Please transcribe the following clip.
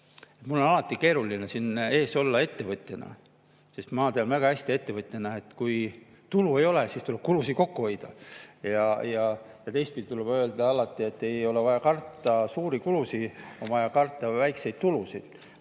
Mul on alati keeruline siin ees olla ettevõtjana, sest ma ettevõtjana tean väga hästi, et kui tulu ei ole, siis tuleb kulusid kokku hoida. Ja teistpidi tuleb öelda alati, et ei ole vaja karta suuri kulusid, on vaja karta väikseid tulusid.